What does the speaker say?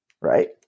right